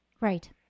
Right